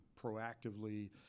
proactively